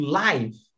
life